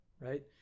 right